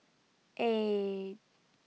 eight